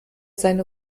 seine